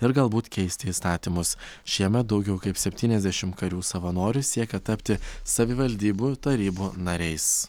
ir galbūt keisti įstatymus šiemet daugiau kaip septyniasdešim karių savanorių siekia tapti savivaldybių tarybų nariais